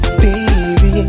baby